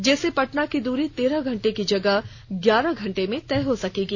जिससे पटना की दूरी तेरह घंटे की जगह ग्यारह घंटे में तय हो सकेगी